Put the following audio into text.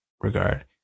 regard